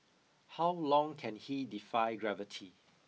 how long can he defy gravity